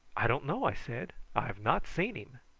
i don't know, i said. i have not seen him.